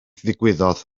ddigwyddodd